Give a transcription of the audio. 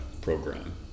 program